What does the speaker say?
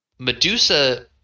Medusa